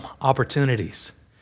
opportunities